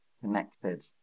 connected